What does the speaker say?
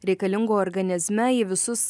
reikalingų organizme į visus